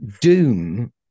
Doom